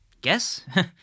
guess